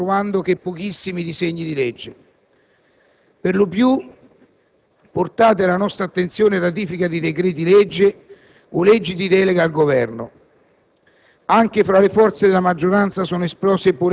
In Senato non stiamo discutendo e approvando che pochissimi disegni di legge; per lo più, portate alla nostra attenzione ratifiche di decreti-legge o leggi di delega al Governo.